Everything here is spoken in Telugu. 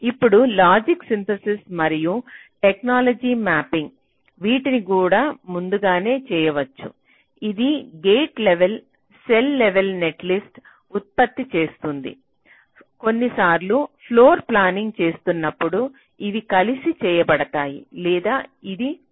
అప్పుడు లాజిక్ సింథసిస్ మరియు టెక్నాలజీ మ్యాపింగ్ వీటిని కూడా ముందుగానే చేయవచ్చు ఇది గేట్ లెవెల్ సెల్ లెవెల్ నెట్లిస్ట్ను ఉత్పత్తి చేస్తుంది కొన్నిసార్లు ఫ్లోర్ప్లానింగ్ చేస్తున్నప్పుడు ఇవి కలిసి చేయబడతాయి లేదా ఇది ముందే చేయవచ్చు